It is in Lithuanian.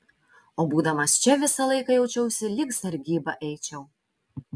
o būdamas čia visą laiką jaučiausi lyg sargybą eičiau